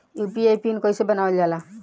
UPI PIN कइसे बनावल जाला?